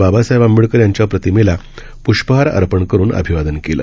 बाबासाहेब आंबेडकर यांच्या प्रतिमेला प्रष्पहार अर्पण करून अभिवादन केलं